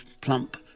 plump